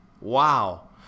Wow